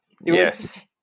Yes